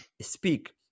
speak